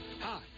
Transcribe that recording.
Hi